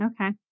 Okay